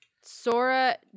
Sora